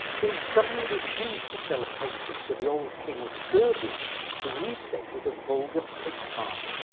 but he stubbornly refused to sell a painting to the old king of serbia who he said was a vulgar pig farmer.